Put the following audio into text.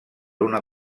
una